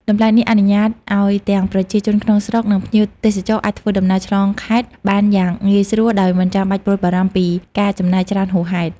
តម្លៃនេះអនុញ្ញាតឱ្យទាំងប្រជាជនក្នុងស្រុក និងភ្ញៀវទេសចរអាចធ្វើដំណើរឆ្លងខេត្តបានយ៉ាងងាយស្រួលដោយមិនចាំបាច់ព្រួយបារម្ភពីការចំណាយច្រើនហួសហេតុ។